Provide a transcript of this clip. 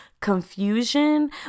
confusion